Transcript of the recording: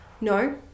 No